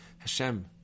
Hashem